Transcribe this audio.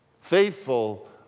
Faithful